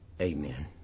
Amen